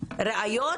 ראיות